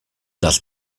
das